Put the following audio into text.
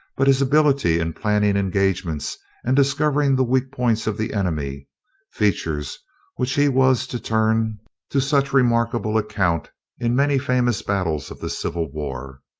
but his ability in planning engagements and discovering the weak points of the enemy features which he was to turn to such remarkable account in many famous battles of the civil war.